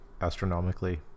astronomically